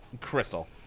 Crystal